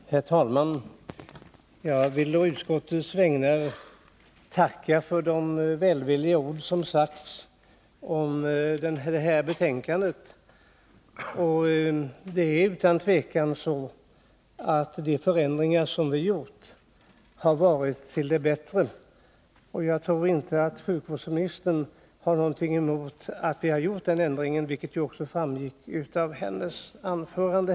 Herr talman! Jag vill å utskottets vägnar tacka för de välvilliga ord som sagts om betänkandet. Det är utan tvivel så att de förändringar vi företagit varit till det bättre. Jag tror inte att sjukvårdsministern har någonting emot att vi gjort dem — det framgick också av hennes anförande.